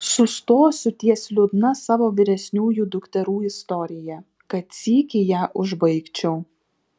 sustosiu ties liūdna savo vyresniųjų dukterų istorija kad sykį ją užbaigčiau